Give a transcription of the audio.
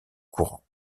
courant